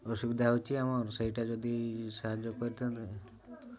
ଅସୁବିଧା ହେଉଛି ଆମର୍ ସେଇଟା ଯଦି ସାହାଯ୍ୟ କରିଥାନ୍ତେ